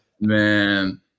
Man